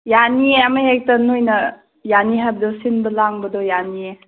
ꯌꯥꯅꯤ ꯑꯃꯍꯦꯛꯇ ꯅꯣꯏꯅ ꯌꯥꯅꯤ ꯍꯥꯏꯕꯗꯣ ꯁꯤꯟꯕ ꯂꯥꯡꯕꯗꯣ ꯌꯥꯅꯤꯑꯦ